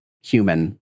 human